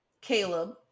Caleb